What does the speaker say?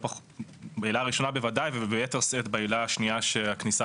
בעילה הראשונה בוודאי וביתר שאת בעילה השנייה שהכניסה